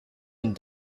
and